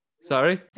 Sorry